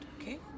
okay